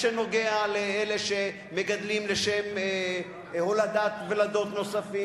בנוגע לאלה שמגדלים לשם הולדת ולדות נוספים,